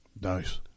Nice